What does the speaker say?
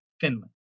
Finland